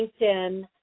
LinkedIn